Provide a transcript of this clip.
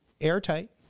airtight